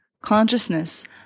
consciousness